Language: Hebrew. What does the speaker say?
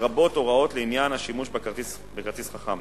לרבות הוראות לעניין השימוש בכרטיס חכם,